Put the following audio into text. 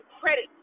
credit